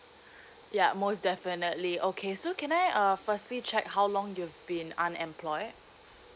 ya most definitely okay so can I uh firstly check how long you've been unemployed